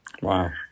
Wow